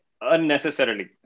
unnecessarily